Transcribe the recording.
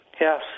Yes